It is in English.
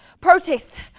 Protest